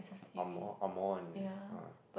angmoh angmoh one is it ah